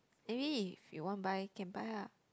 anyway if you want to buy can buy ah